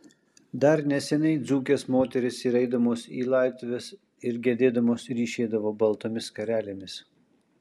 dar neseniai dzūkės moterys ir eidamos į laidotuves ir gedėdamos ryšėdavo baltomis skarelėmis